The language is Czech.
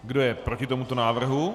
Kdo je proti tomuto návrhu?